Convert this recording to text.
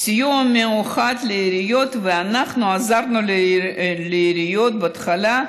אנחנו עזרנו לעיריות בהתחלה,